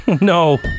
no